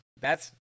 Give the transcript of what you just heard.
thats